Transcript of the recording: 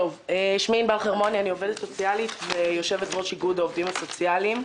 עובדת סוציאלית ויושבת-ראש איגוד העובדים הסוציאליים.